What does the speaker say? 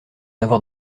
avoir